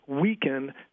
weaken